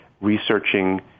researching